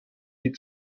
die